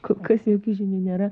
kol kas jokių žinių nėra